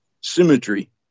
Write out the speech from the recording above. symmetry